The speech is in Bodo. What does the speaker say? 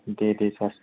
दे दे सार